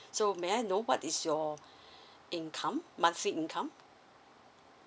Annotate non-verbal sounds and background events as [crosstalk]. so may I know what is your [breath] income monthly income